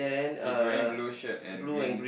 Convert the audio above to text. he's wearing blue shirt and green